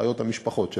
שחיות בהם המשפחות שלהם,